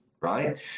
right